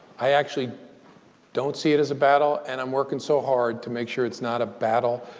i actually don't see it as a battle. and i'm working so hard to make sure it's not a battle.